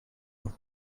ruhe